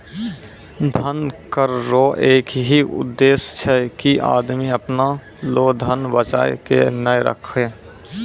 धन कर रो एक ही उद्देस छै की आदमी अपना लो धन बचाय के नै राखै